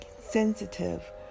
sensitive